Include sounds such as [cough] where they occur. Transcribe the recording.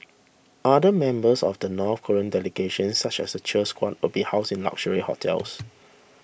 other members of the North Korean delegation such as the cheer squad will be housed in luxury hotels [noise]